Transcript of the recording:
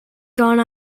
gone